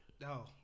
No